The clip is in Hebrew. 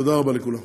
תודה רבה לכולכם.